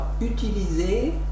utiliser